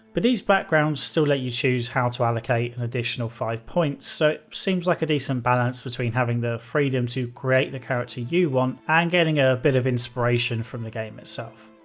but these backgrounds still let you choose how to allocate an additional five points so it seems like a decent balance between having the freedom to create the character you want and getting a bit of inspiration from the game itself.